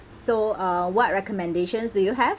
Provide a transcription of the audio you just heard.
so uh what recommendations do you have